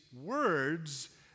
words